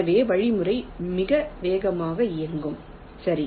எனவே வழிமுறை மிக வேகமாக இயங்கும் சரி